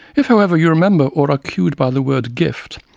if however you remember, or are cued by the word gift,